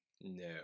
No